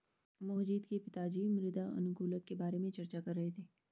मोहजीत के पिताजी मृदा अनुकूलक के बारे में चर्चा कर रहे थे